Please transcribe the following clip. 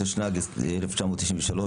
התשנ"ג 1993,